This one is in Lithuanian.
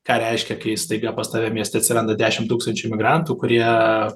ką reiškia kai staiga pas tave mieste atsiranda dešim tūkstančių imigrantų kurie